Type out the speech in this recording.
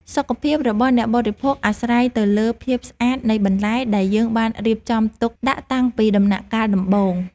សុខភាពរបស់អ្នកបរិភោគអាស្រ័យទៅលើភាពស្អាតនៃបន្លែដែលយើងបានរៀបចំទុកដាក់តាំងពីដំណាក់កាលដំបូង។